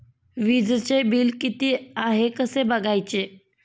वीजचे बिल किती आहे कसे बघायचे?